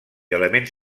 elements